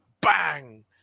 bang